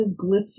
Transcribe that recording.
glitzy